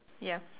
ya